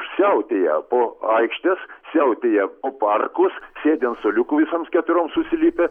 siautėja po aikštes siautėja po parkus sėdi ant suoliukų visoms keturioms susilipę